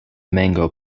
mango